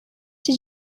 did